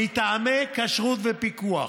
מטעמי כשרות ופיקוח,